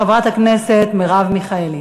חברת הכנסת מרב מיכאלי.